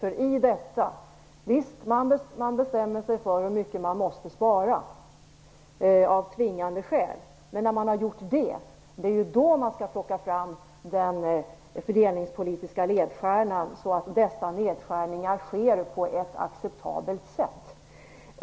Man bestämmer sig för hur mycket man av tvingande skäl måste spara - och så skall det ju vara - men det är ju när man har gjort det som man skall plocka fram den fördelningspolitiska ledstjärnan, så att dessa nedskärningar sker på ett acceptabelt sätt.